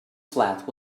flat